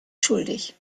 schuldig